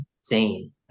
insane